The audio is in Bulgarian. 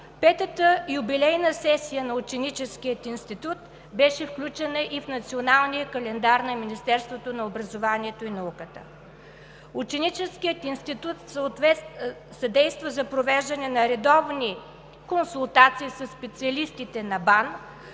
Петата юбилейна сесия на Ученическия институт беше включена и в Националния календар на Министерството на образованието и науката. Ученическият институт съдейства за провеждането на редовни консултации със специалистите на БАН